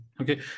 okay